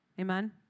Amen